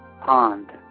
pond